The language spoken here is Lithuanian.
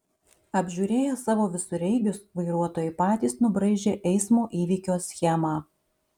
apžiūrėję savo visureigius vairuotojai patys nubraižė eismo įvykio schemą